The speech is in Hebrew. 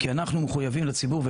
כי אנחנו מחויבים לציבור,